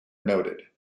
noted